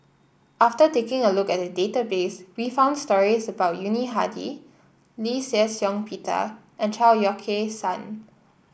after taking a look at the database we found stories about Yuni Hadi Lee Shih Shiong Peter and Chao Yoke San